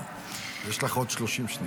יש לך עוד 30 שניות.